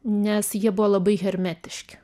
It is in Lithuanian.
nes jie buvo labai hermetiški